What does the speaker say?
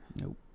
Nope